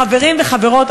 חברים וחברות,